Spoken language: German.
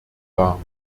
waren